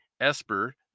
Esper